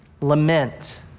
Lament